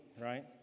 right